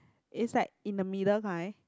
is like in the middle kind